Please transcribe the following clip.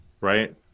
right